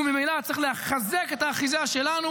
וממילא צריך לחזק את האחיזה שלנו.